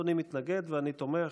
אדוני מתנגד ואני תומך,